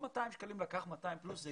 ובמקום 200 שקלים הוא לוקח 200 פלוס,